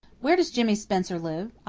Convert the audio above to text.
where does jimmy spencer live?